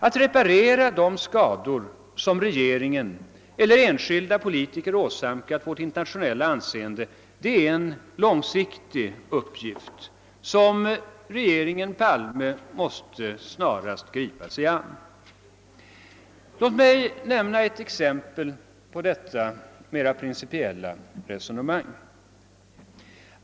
Att reparera de skador som regeringen eller enskilda politiker åsamkat vårt internationella anseende är en långsiktig uppgift, som regeringen Palme snarast måste gripa sig an. Låt mig nämna ett exempel på detta mera principiella resonemang!